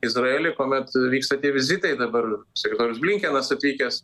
izraelį kuomet vyksta tie vizitai dabar sekretorius blinkenas atvykęs